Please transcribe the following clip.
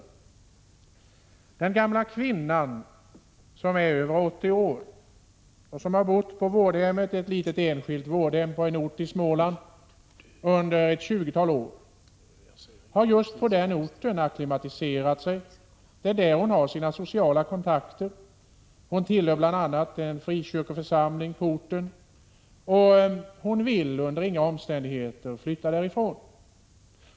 12 maj 1987 Den gamla kvinnan, som är över 80 år och som har bott på ett litet enskilt vårdhem i Småland under ett tjugotal år har acklimatiserat sig just på den orten. Det är där hon har sina sociala kontakter. Hon tillhör bl.a. en frikyrkoförsamling på orten och vill under inga omständigheter flytta därifrån.